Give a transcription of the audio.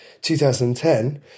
2010